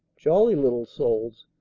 jolly little souls,